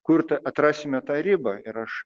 kur tą atrasime tą ribą ir aš